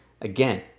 Again